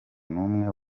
numwe